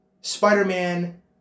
Spider-Man